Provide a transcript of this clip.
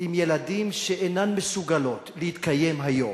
עם ילדים שאינן מסוגלות להתקיים היום.